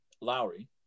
Lowry